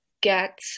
get